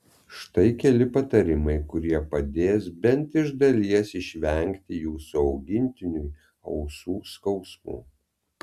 štai keli patarimai kurie padės bent iš dalies išvengti jūsų augintiniui ausų skausmų